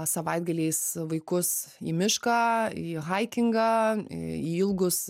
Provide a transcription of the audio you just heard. savaitgaliais vaikus į mišką į haikingą į ilgus